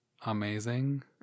amazing